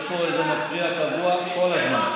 יש פה איזה מפריע קבוע כל הזמן.